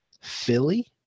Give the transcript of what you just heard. philly